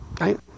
Right